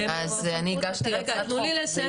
אז אני הגשתי הצעת חוק.